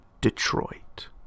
Detroit